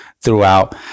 throughout